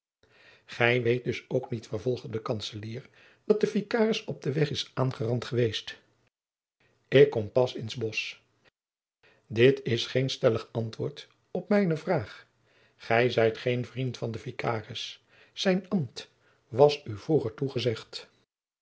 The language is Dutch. gij weet dus ook niet vervolgde de kantzelier dat de vicaris op den weg is aangerand geweest ik kom pas in s bosch dit is geen stellig antwoord op mijne vraag gij zijt geen vriend van den vicaris zijn ambt was u vroeger toegezegd